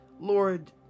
Lord